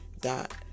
dot